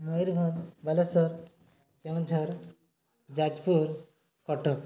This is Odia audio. ମୟୂରଭଞ୍ଜ ବାଲେଶ୍ୱର କେନ୍ଦୁଝର ଯାଜପୁର କଟକ